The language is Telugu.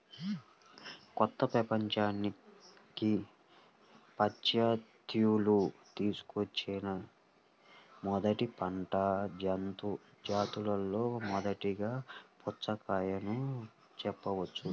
కొత్త ప్రపంచానికి పాశ్చాత్యులు తీసుకువచ్చిన మొదటి పంట జాతులలో ఒకటిగా పుచ్చకాయను చెప్పవచ్చు